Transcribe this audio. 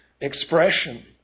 expression